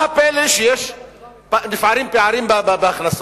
מה הפלא שנפערים פערים בהכנסות?